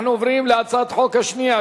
אנחנו עוברים להצעת החוק השנייה,